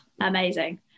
amazing